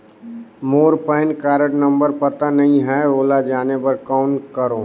मोर PAN card number पता नहीं है, ओला जाने बर कौन करो?